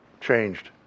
changed